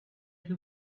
who